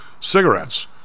Cigarettes